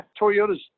Toyota's